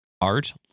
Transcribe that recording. art